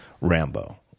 Rambo